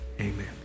Amen